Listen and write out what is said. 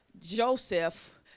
Joseph